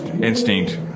instinct